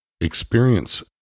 Experience